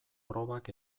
probak